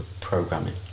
programming